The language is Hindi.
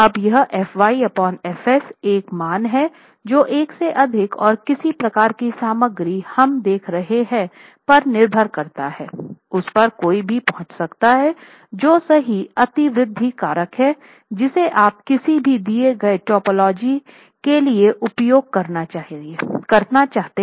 अब यह F y F s एक मान है जो 1 से अधिक और किस प्रकार की सामग्री हम देख रहे हैं पर निर्भर करता है उस पर कोई भी पहुंच सकता है जो सही अतिवृद्धि कारक है जिसे आप किसी दिए गए टोपोलॉजी के लिए उपयोग करना चाहिए